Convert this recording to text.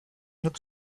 not